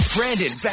Brandon